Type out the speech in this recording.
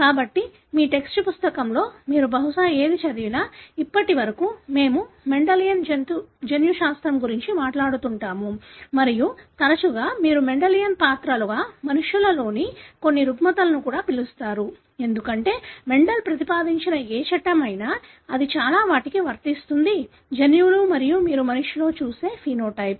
కాబట్టి మీ టెక్స్ట్ పుస్తకంలో మీరు బహుశా ఏది చదివినా ఇప్పటివరకు మేము మెండెలియన్ జన్యుశాస్త్రం గురించి మాట్లాడుతుంటాము మరియు తరచుగా మీరు మెండెలియన్ పాత్రలుగా మనుషులలోని కొన్ని రుగ్మతలను కూడా పిలుస్తారు ఎందుకంటే మెండర్ ప్రతిపాదించిన ఏ చట్టమైనా అది చాలా వాటికి వర్తిస్తుంది జన్యువులు మరియు మీరు మనిషిలో చూసే ఫెనోటైప్